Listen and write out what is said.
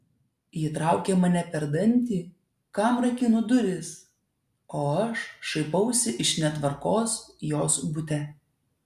ji traukia mane per dantį kam rakinu duris o aš šaipausi iš netvarkos jos bute